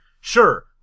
sure